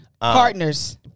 Partners